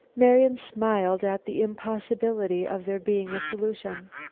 marian smiled at the impossibility of there being a solution.